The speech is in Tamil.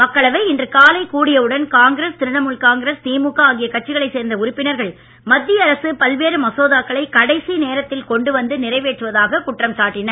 மக்களவை இன்று காலை கூடியவுடன் காங்கிரஸ் திரிணாமுல் காங்கிரஸ் திமுக ஆகிய கட்சிகளைச் சேர்ந்த உறுப்பினர்கள் மத்திய அரசு பல்வேறு மசோதாக்களை கடைசி நேரத்தில் கொண்டு வந்து நிறைவேற்றுவதாக குற்றம் சாட்டின